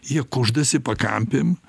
jie kuždasi pakampėm